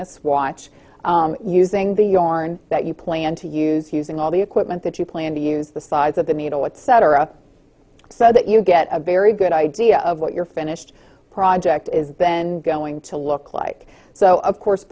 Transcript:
swatch using the yorn that you plan to use using all the equipment that you plan to use the size of the needle etc so that you get a very good idea of what your finished project is then going to look like so of course